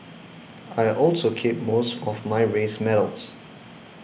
I also keep most of my race medals